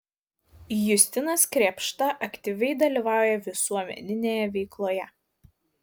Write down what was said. justinas krėpšta aktyviai dalyvauja visuomeninėje veikloje